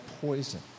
poison